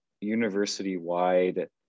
university-wide